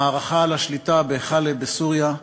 המערכה על השליטה בחאלב בסוריה,